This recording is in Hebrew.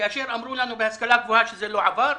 כאשר אמרו לנו בהשכלה גבוהה שזה לא עבר,